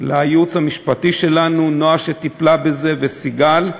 לייעוץ המשפטי שלנו, נועה, שטיפלה בזה, וסיגל,